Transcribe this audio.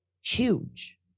huge